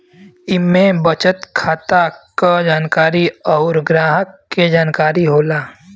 इम्मे बचत खाता क जानकारी अउर ग्राहक के जानकारी होला